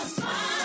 smile